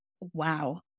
Wow